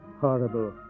horrible